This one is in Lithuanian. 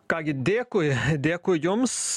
ką gi dėkui dėkui jums